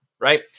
right